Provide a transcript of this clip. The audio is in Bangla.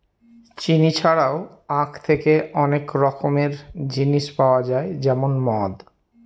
চিনি ছাড়াও আঁখ থেকে অনেক রকমের জিনিস পাওয়া যায় যেমন মদ